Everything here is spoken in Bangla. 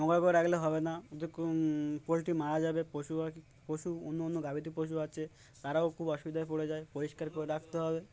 নোংরা করে রাখলে হবে না ওদের পোলট্রি মারা যাবে পশু পশু অন্য অন্য গাভিত পশু আছে তারাও খুব অসুবিধায় পড়ে যায় পরিষ্কার করে রাখতে হবে